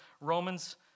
Romans